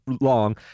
long